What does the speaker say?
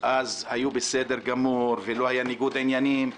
אז היו בסדר גמור ולא היה ניגוד עניינים,